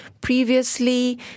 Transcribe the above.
previously